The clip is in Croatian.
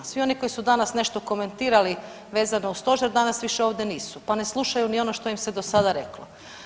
Svi oni koji su danas nešto komentirali vezano uz Stožer, danas ovdje više nisu pa ne slušaju ni ono što im se do sada reklo.